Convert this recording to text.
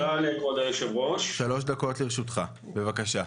שלוש דקות לרשותך בבקשה.